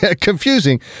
confusing